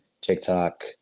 TikTok